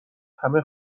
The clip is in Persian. همه